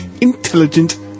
intelligent